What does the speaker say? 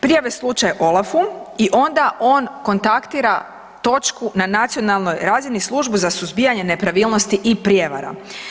Prijave slučaj OLAF-u i onda on kontaktira točku na nacionalnoj razini, Službu za suzbijanje nepravilnosti i prijevara.